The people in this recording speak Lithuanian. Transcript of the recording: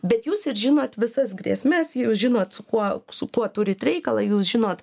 bet jūs ir žinot visas grėsmes jau žinot su kuo su kuo turit reikalą jūs žinot